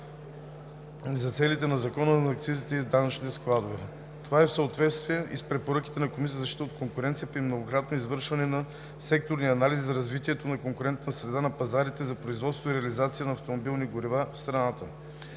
за целите на Закона за акцизите и данъчните складове. Това е в съответствие и с препоръките на Комисията за защита на конкуренцията при многократното извършване на секторни анализи за развитието на конкурентната среда на пазарите на производство и реализация на автомобилни горива в страната.